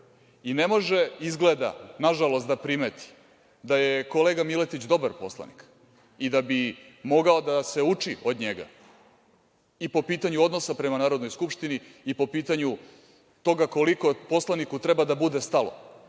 i ne može izgleda, nažalost, da primeti da je kolega Miletić dobar poslanik i da bi mogao da se uči od njega i po pitanju odnosa prema Narodnoj skupštini i po pitanju toga koliko poslaniku treba da bude stalo